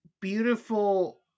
beautiful